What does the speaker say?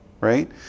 Right